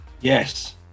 yes